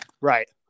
Right